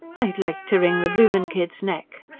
i'd like to wring the bloomin' kid's neck!